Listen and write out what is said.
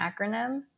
acronym